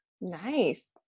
Nice